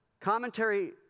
commentary